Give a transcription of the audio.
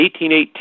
1818